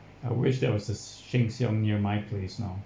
I wish there was a sheng siong near my place now